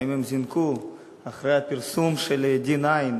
האם הן זינקו אחרי הפרסום של ה-D9?